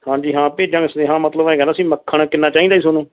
ਹਾਂਜੀ ਹਾਂ ਭੇਜਾਂਗਾ ਸੁਨੇਹਾ ਮਤਲਬ ਹੈਗਾ ਨਾ ਸੀ ਮੱਖਣ ਕਿੰਨਾ ਚਾਹੀਦਾ ਜੀ ਤੁਹਾਨੂੰ